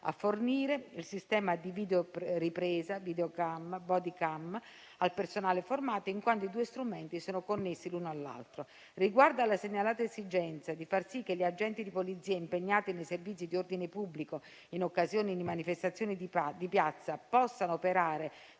a fornire il sistema di videoripresa, *videocam*, *body cam* al personale formato, in quanto i due strumenti sono connessi l'uno all'altro. Riguardo alla segnalata esigenza di far sì che gli agenti di polizia impegnati nei servizi di ordine pubblico in occasione di manifestazioni di piazza possano operare